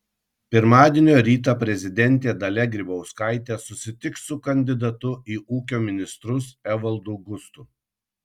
pirmadienio rytą prezidentė dalia grybauskaitė susitiks su kandidatu į ūkio ministrus evaldu gustu